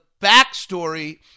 backstory